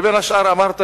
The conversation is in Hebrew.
בין השאר אמרת